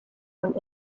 und